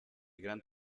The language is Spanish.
gran